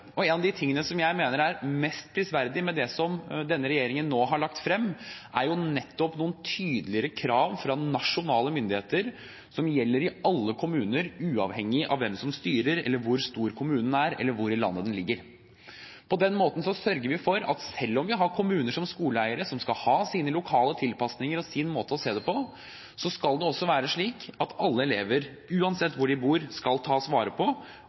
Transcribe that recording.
En av de tingene jeg mener er mest prisverdig med det som denne regjeringen nå har lagt frem, er nettopp tydeligere krav fra nasjonale myndigheter som gjelder i alle kommuner – uavhengig av hvem som styrer, hvor stor kommunen er eller hvor i landet den ligger. På den måten sørger vi for at selv om vi har kommuner som skoleeiere, som skal ha sine lokale tilpasninger og sin måte å se det på, skal det også være slik at alle elever, uansett hvor de bor, skal tas vare på